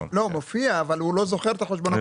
לא, מופיע, אבל הוא לא זוכר את החשבון הקודם.